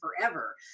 forever